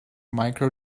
micro